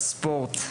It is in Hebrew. התרבות והספורט,